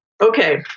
Okay